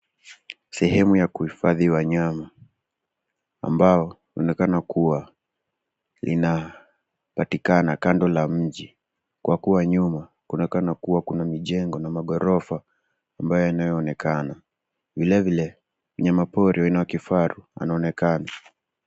Sehemu ya kuhifadhi wanyama ambao wanaonekana kuwa linapatikana kando la mji kwa kuwa nyuma kwaonekana kuwa kuna mijengo na maghorofa ambayo yanayoonekana vile vile wanyama pori aina wa kifaru anaonekana